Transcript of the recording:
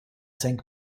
cinq